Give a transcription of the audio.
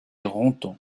ronthon